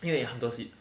因为很多 seat